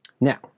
Now